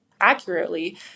accurately